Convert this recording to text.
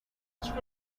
which